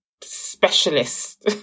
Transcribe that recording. specialist